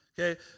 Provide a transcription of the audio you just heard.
Okay